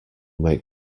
make